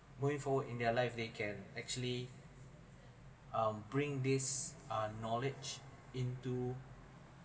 moving forward in their life they can actually um bring this uh knowledge into